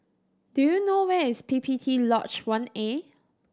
do you know where is P P T Lodge One A